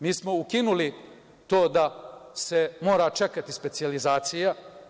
Mi smo ukinuli to da se mora čekati specijalizacija.